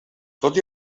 tot